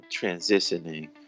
transitioning